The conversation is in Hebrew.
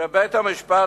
שבית-המשפט,